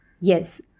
yes